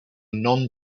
non